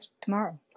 tomorrow